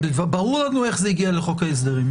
ברור לנו איך זה הגיע לחוק ההסדרים.